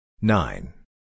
Nine